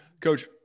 Coach